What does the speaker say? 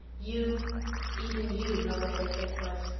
you even you know what their fate was.